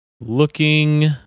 Looking